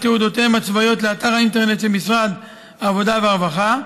תעודותיהם הצבאיות לאתר האינטרנט של משרד העבודה והרווחה,